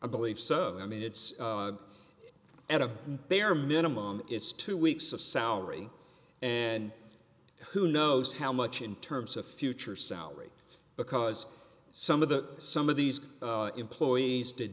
i believe serve i mean it's at a bare minimum it's two weeks of salary and who knows how much in terms of future salary because some of the some of these employees did